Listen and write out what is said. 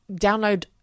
download